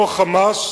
אותו "חמאס",